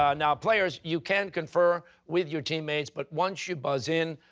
ah now, players, you can confer with your teammates, but once you buzz in,